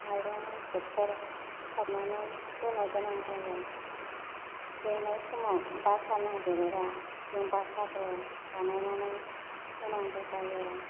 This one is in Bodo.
मायरं एंखुरफोर सारनानै होनो गोनां जायो देरनाय समाव बासा नांदेरोबा जों बासाखौ बानायनानै होनांगौ जायो